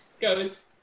goes